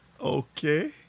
Okay